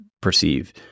perceive